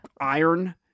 iron